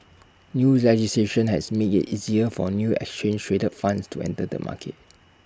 new legislation has made IT easier for new exchange traded funds to enter the market